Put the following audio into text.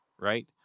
right